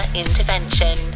Intervention